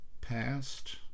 past